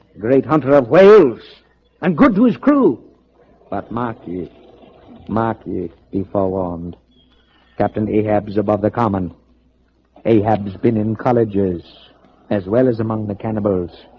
great hunter of waves and good news crew but marty marty be forewarned captain ahab's above the common a has been in colleges as well as among the cannibals